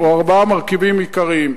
מרכיבים, או ארבעה מרכיבים עיקריים.